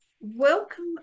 welcome